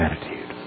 attitude